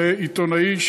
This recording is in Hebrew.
לעיתונאי,